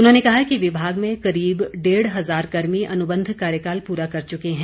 उन्होंने कहा कि विभाग में करीब डेढ़ हजार कर्मी अनुबंध कार्यकाल पूरा कर चुके हैं